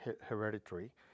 hereditary